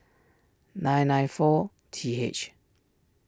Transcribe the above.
nine nine four T H